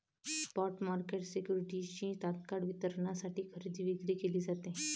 spot market सिक्युरिटीजची तत्काळ वितरणासाठी खरेदी विक्री केली जाते